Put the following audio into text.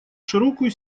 широкую